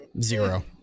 Zero